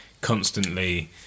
constantly